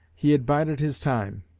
he had bided his time.